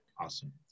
awesome